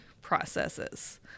processes